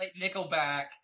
Nickelback